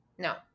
No